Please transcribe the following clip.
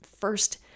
first